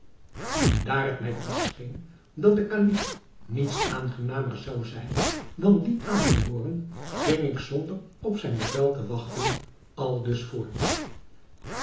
daar het mij toescheen dat den kalif niets aangenamer zou zijn dan die aan te hooren ging ik zonder op zijn bevel te wachten aldus voort